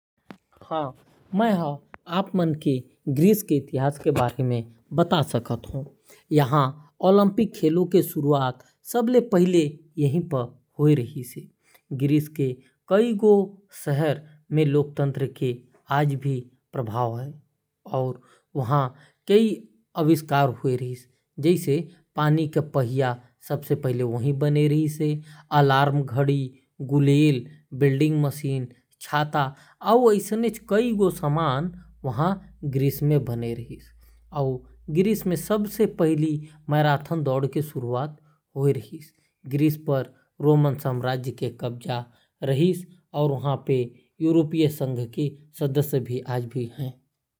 Acropolis Athens म स्थित Greece के सबले प्रसिद्ध ऐतिहासिक स्थल हावय। एला ईसा पूर्व पांचवीं शताब्दी के मध्य म बनाय गे रिहीस। ड्रोग्रत्ती गुफा अरगोस्तोली गांव के तीर स्थित एक रहस्यमय गुफा हावय। ए चूना पत्थर ले बने हे अउ एखर खोज तीन सौ बछर पहिली होय रिहीस। ब्लू गुफा जकिंथोस द्वीप म स्थित हे। ये गुफा मन म समुद्र ले पहुंचे जा सकत हे। अक्रोतिरी खंडहर संतोरिणी द्वीप म स्थित प्रागैतिहासिक स्थल हावय। ये कांस्य युग के मिनोअन संस्कृति के स्थल हावय।